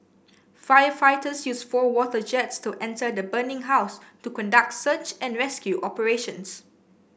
firefighters used four water jets to enter the burning house to conduct search and rescue operations